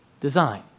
design